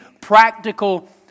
practical